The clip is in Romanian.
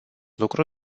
lucru